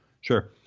Sure